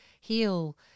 heal